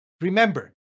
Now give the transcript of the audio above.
Remember